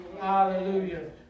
Hallelujah